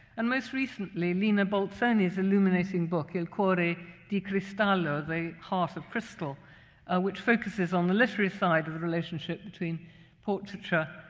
and, most recently, lina bolzoni's illuminating book, il cuore di cristallo the heart of crystal which focuses on the literary side of the relationship between portraiture,